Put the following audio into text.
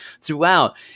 throughout